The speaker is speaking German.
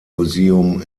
museum